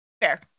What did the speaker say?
Fair